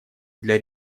для